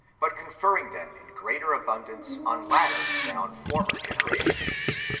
but conferring them in greater abundance on later than on former generations.